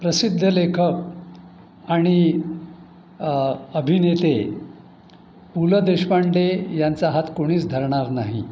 प्रसिद्ध लेखक आणि अभिनेते पु ल देशपांडे यांचा हात कोणीच धरणार नाही